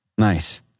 Nice